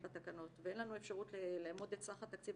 בתקנות ואין לנו אפשרות לאמוד את סך התקציב